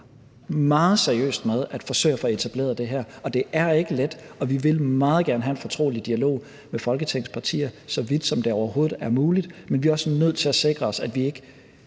meget seriøst med at forsøge at få etableret det her. Det er ikke let, og vi vil meget gerne have en fortrolig dialog med Folketingets partier, så vidt som det overhovedet er muligt. Men vi er også nødt til at sikre os, at vi ikke